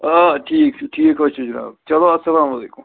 آ ٹھیٖک چھُ ٹھیٖک حظ چھُ جِناب چلو السلام علیکُم